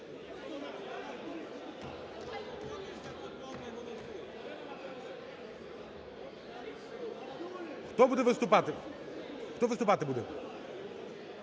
Хто буде виступати? Хто виступати буде?